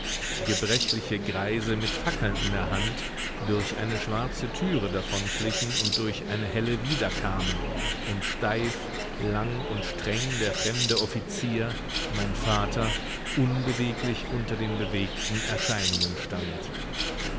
gebrechliche greise mit fackeln in der hand durch eine schwarze türe davonschlichen und durch eine helle wiederkamen und steif lang und streng der fremde offizier mein vater unbeweglich unter den bewegten erscheinungen stand